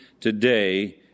today